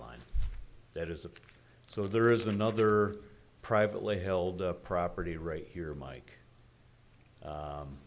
line that is of so there is another privately held up property right here mike